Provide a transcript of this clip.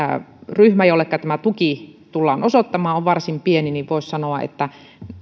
ryhmä jolleka tämä tuki tullaan osoittamaan on varsin pieni voisi sanoa että